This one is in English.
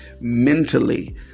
mentally